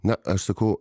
na aš sakau